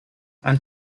and